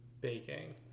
Baking